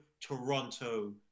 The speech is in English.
Toronto